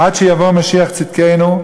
עד שיבוא משיח צדקנו,